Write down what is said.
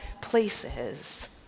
places